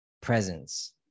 presence